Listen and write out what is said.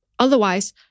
Otherwise